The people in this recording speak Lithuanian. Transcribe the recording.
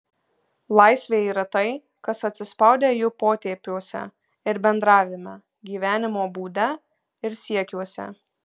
laisvė yra tai kas atsispaudę jų potėpiuose ir bendravime gyvenimo būde ir siekiuose